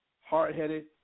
hard-headed